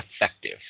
effective